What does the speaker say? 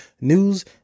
news